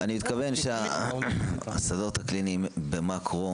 אני מתכוון שהשדות הקליניים במקרו